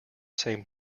same